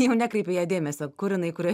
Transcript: jau nekreipi į ją dėmesio kur jinai kurioj